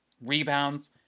rebounds